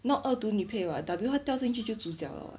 not 恶毒女配 [what] W 他掉进去就主角了 [what]